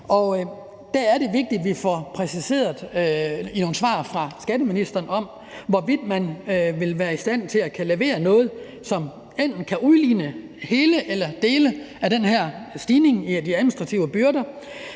Der er det vigtigt, at vi i nogle svar fra skatteministeren får præciseret, hvorvidt man vil være i stand til at kunne levere noget, som enten kan udligne hele eller dele af den her stigning i de administrative byrder,